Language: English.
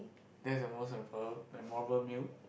that's the most memor~ memorable meal